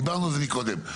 דיברנו על זה קודם.